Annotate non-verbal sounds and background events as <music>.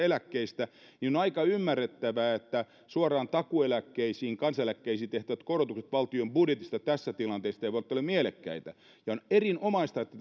<unintelligible> eläkkeistä niin on aika ymmärrettävää että suoraan takuueläkkeisiin kansaneläkkeisiin tehtävät korotukset valtion budjetista tässä tilanteessa eivät ole mielekkäitä on erinomaista että <unintelligible>